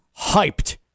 hyped